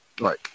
Right